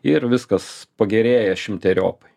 ir viskas pagerėja šimteriopai